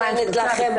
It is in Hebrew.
מה העמדה של המשרד?